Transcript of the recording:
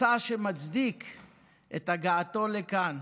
מסע שמצדיק את הגעתו לכאן